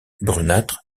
brunâtre